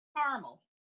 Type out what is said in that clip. Caramel